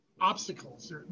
obstacles